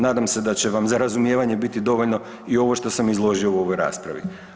Nadam se da će vam za razumijevanje biti dovoljno i ovo što sam izložio u ovoj raspravi.